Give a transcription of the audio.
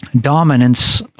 dominance